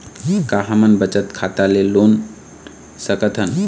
का हमन बचत खाता ले लोन सकथन?